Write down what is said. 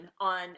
on